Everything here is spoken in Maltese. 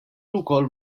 wkoll